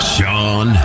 Sean